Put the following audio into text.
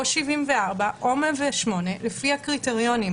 או 74 או 108, לפי הקריטריונים.